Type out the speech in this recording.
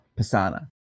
Pisana